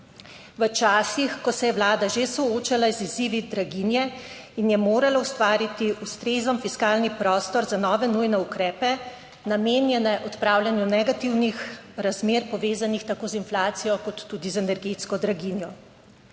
v časih, ko se je Vlada že soočala z izzivi draginje in je morala ustvariti ustrezen fiskalni prostor za nove nujne ukrepe, namenjene odpravljanju negativnih razmer, povezanih tako z inflacijo kot tudi z energetsko draginjo.